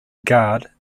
guard